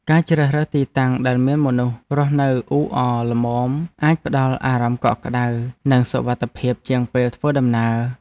ការជ្រើសរើសទីតាំងដែលមានមនុស្សរស់នៅអ៊ូអរល្មមអាចផ្តល់អារម្មណ៍កក់ក្តៅ និងសុវត្ថិភាពជាងពេលធ្វើដំណើរ។